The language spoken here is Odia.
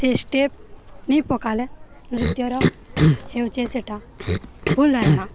ସେ ଷ୍ଟେପ୍ ନେଇ ପକାଲେ ନୃତ୍ୟର ହେଉଛେ ସେଟା ଭୁଲ୍ ଧାରଣା